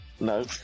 No